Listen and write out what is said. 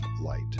light